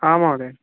हा महोदय